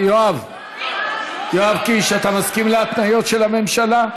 יואב, יואב קיש, אתה מסכים להתניות של הממשלה?